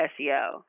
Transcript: SEO